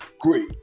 great